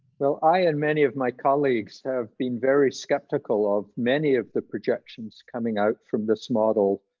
well i and many of my colleagues have been very skeptical of many of the projections coming out from this model,